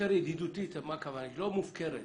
ידידותית ולא מופקרת,